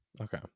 Okay